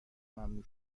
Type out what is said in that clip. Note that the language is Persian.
ممنوع